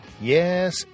Yes